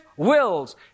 Wills